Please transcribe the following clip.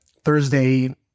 Thursday